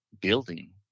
building